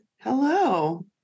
hello